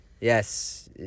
Yes